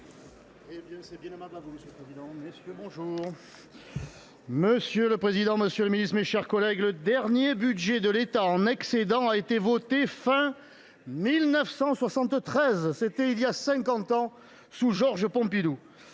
Monsieur le président, monsieur le ministre, mes chers collègues, le dernier budget de l’État en excédent a été voté fin 1973. C’était il y a cinquante ans, sous Georges Pompidou.